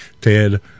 Ted